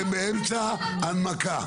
אתם באמצע הנמקה.